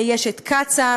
יש את קצא"א,